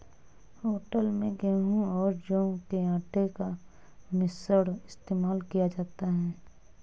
hotel में गेहूं और जौ के आटे का मिश्रण इस्तेमाल किया जाता है